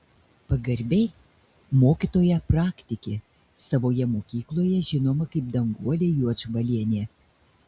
pagarbiai mokytoja praktikė savoje mokykloje žinoma kaip danguolė juodžbalienė